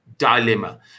dilemma